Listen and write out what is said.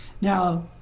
now